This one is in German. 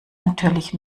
natürlich